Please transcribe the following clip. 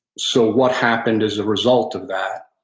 so what happened as a result of that?